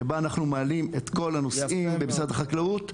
שבה אנחנו מעלים את כל הנושאים במשרד החקלאות,